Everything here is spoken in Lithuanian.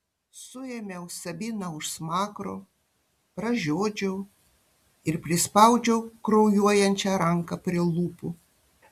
suėmiau sabiną už smakro pražiodžiau ir prispaudžiau kraujuojančią ranką prie lūpų